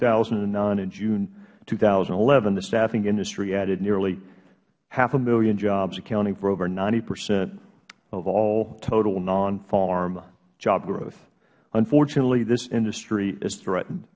thousand and nine and june two thousand and eleven the staffing industry added nearly half a million jobs accounting for over ninety percent of all total non farm job growth unfortunately this industry is threatened